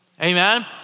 Amen